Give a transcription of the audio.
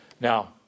Now